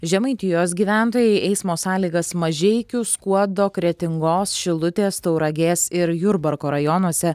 žemaitijos gyventojai eismo sąlygas mažeikių skuodo kretingos šilutės tauragės ir jurbarko rajonuose